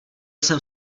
jsem